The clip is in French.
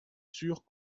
sûr